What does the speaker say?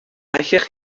allech